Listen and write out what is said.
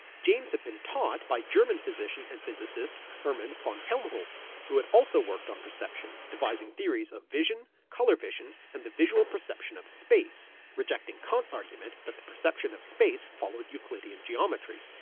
james had been taught by german physician and physicist hermann von helmholtz, who had also worked on perception, devising theories of vision, colour vision, and the visual perception of space, rejecting kant's argument that the perception of space followed euclidean geometry.